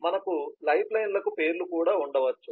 మనకు లైఫ్లైన్లకు పేర్లు కూడా ఉండవచ్చు